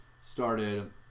started